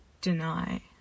deny